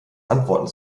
antworten